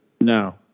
No